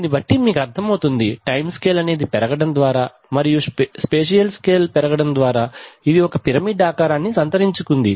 దీన్ని బట్టి మీకు అర్థమవుతుంది టైం స్కేల్ అనేది పెరగడం ద్వారా మరియు స్పెషియల్ స్కేల్ పెరగడం ద్వారా ఇది పిరమిడ్ ఆకారాన్ని సంతరించుకుంది